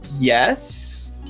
Yes